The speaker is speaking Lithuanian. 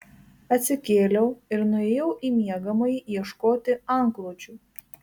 atsikėliau ir nuėjau į miegamąjį ieškoti antklodžių